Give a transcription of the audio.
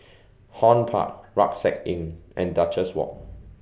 Horne Park Rucksack Inn and Duchess Walk